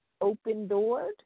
open-doored